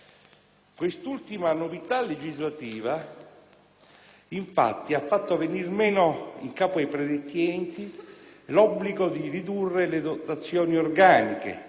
Quest'ultima novità legislativa, infatti, ha fatto venir meno in capo ai predetti enti l'obbligo di ridurre le dotazioni organiche